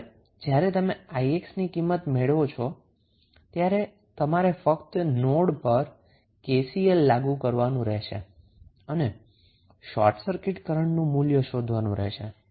હવે જ્યારે તમે 𝑖𝑥 ની કિંમત મેળવો છો ત્યારે તમારે ફક્ત નોડ પર KCL લાગુ કરવાનું રહેશે અને શોર્ટ સર્કિટ કરન્ટનું મૂલ્ય શોધવાનું રહેશે